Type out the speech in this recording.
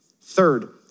Third